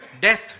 Death